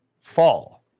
fall